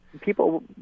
People